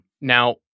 Now